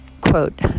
Quote